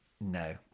no